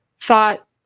Thought